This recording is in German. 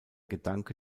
gedanke